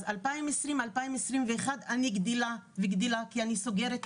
אז ב-2021-2020 אני גדלה וגדלה כי אני סוגרת פערים,